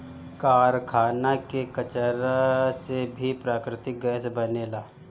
कारखाना के कचरा से भी प्राकृतिक गैस बनेला